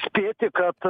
spėti kad